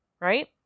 Right